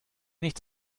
nichts